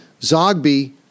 Zogby